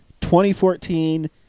2014